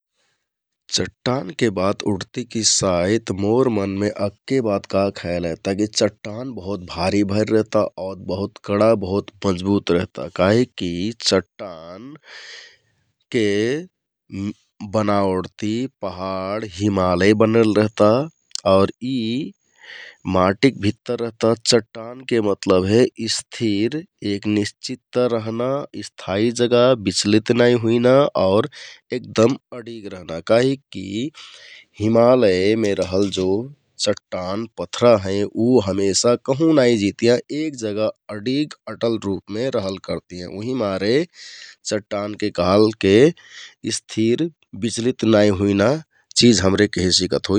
चट्टानके बात उठतिकि साइत मोर मनमे अक्के बात का खयाल कि चट्टान बहुत भारि भारि रहता आउ बहुत कडा, बहुत मजबुत रहता । काहिककि चट्टान के बनावटति पहाड, हिमालय बनल रहता आउर यि माटिक भित्तर रहता । चट्टानके मतलब हे स्थिर, एक निश्चितता रहना, थाइ जगह बिचलित नाइ हुइना आउ एगदम अडिग रहना काहिककि हिमालयमे रहल जो चट्टान पथरा हैं उ हमेशा कहुँ नाइ जितियाँ । एक जगह अडिग, अटल रुपमे रहल करतियाँ उहिकमारे चट्टानके कहलके स्थिर, बिचलित नाइ हुइना चिज हमरे केहे सिकत होइ ।